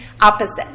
opposite